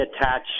attach